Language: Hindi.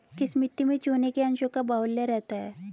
किस मिट्टी में चूने के अंशों का बाहुल्य रहता है?